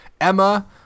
Emma